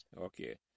okay